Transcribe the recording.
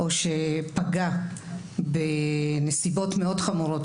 או שפגע בנסיבות מאוד חמורות,